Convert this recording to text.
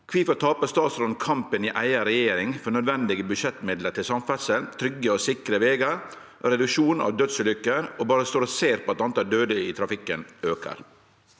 Kvifor taper statsråden kampen i si eiga regjering for nødvendige budsjettmidlar til samferdsel, trygge og sikre vegar og reduksjon av dødsulykker, og berre står og ser på at talet på døde i trafikken aukar?»